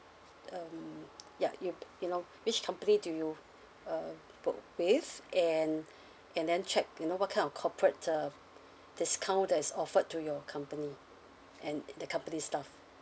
um ya you you know which company do you uh work with and and then check you know what kind of corporate uh discount that is offered to your company and the company staff